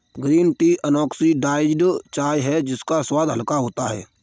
green tea unoxidised चाय है इसका स्वाद हल्का होता है